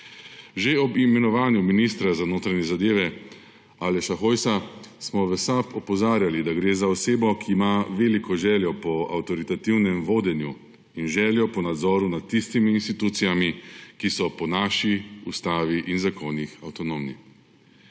Že ob imenovanju ministra za notranje zadeve Aleša Hojsa smo v SAB opozarjali, da gre za osebo, ki ima veliko željo po avtoritativnem vodenju in željo po nadzoru nad tistimi inštitucijami, ki so po naši ustavi in zakonih avtonomne.